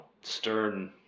stern